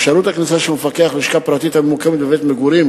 אפשרות הכניסה של מפקח ללשכה פרטית הממוקמת במקום מגורים